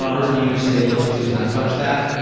um or do you say let's please not touch that.